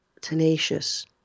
tenacious